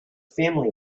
family